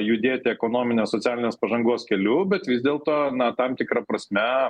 judėti ekonominės socialinės pažangos keliu bet vis dėlto na tam tikra prasme